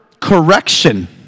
correction